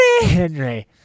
Henry